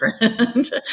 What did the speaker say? different